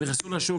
הם נכנסים לשוק,